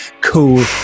cool